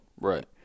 right